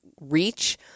reach